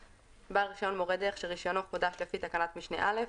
בעל רישיון מורה דרך שרישיונו חודש לפי תקנת משנה (א),